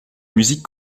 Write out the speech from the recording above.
musique